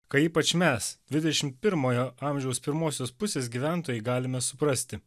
kai ypač mes dvidešimt pirmojo amžiaus pirmosios pusės gyventojai galime suprasti